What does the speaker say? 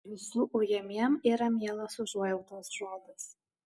visų ujamiem yra mielas užuojautos žodis